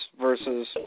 versus